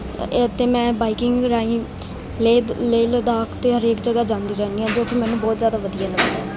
ਇਹ ਅਤੇ ਮੈਂ ਬਾਈਕਿੰਗ ਰਾਹੀਂ ਲੇ ਲੇਹ ਲਦਾਖ ਅਤੇ ਹਰੇਕ ਜਗ੍ਹਾ ਜਾਂਦੀ ਰਹਿੰਦੀ ਹਾਂ ਜੋ ਕਿ ਮੈਨੂੰ ਬਹੁਤ ਜ਼ਿਆਦਾ ਵਧੀਆ ਲੱਗਦਾ